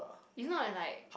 it's not when like